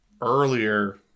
earlier